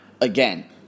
again